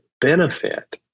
benefit